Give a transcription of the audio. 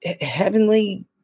Heavenly